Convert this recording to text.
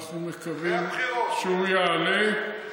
אנחנו מקווים שהוא יעלה.